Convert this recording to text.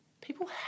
people